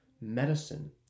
medicine